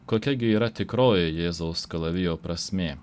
kokia gi yra tikroji jėzaus kalavijo prasmė